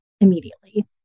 immediately